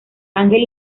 ángel